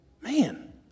Man